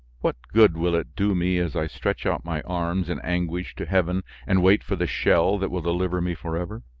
what good will it do me as i stretch out my arms in anguish to heaven and wait for the shell that will deliver me forever.